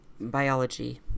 biology